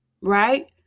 right